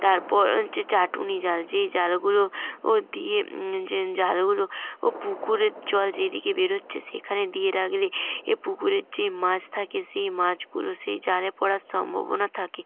তারপর যে চাটুনি জাল যেই জালগুলো ও দিয়ে যে জালগুলো ও পুকুরের জল যেদিকে বেরোচ্ছে সেখানে দিয়ে রাখলে এ পুকুরের যে মাছ থাকে সেই মাছগুলো সেই জালে পড়ার সম্ভবনা থাকে